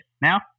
now